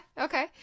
okay